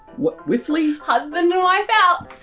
what, wifley. husband and wife out.